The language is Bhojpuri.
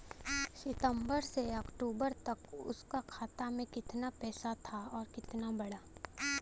सितंबर से अक्टूबर तक उसका खाता में कीतना पेसा था और कीतना बड़ा?